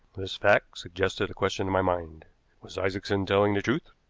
this fact suggested a question to my mind was isaacson telling the truth?